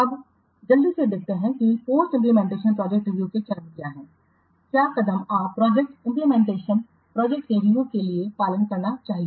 अब जल्दी से देखते हैं कि पोस्ट इंप्लीमेंटेशन प्रोजेक्ट रिव्यू के चरण क्या हैं क्या कदम आप प्रोजेक्ट इंप्लीमेंटेशनइंप्लीमेंटेशन प्रोजेक्ट के रिव्यू के लिए पालन करना चाहिए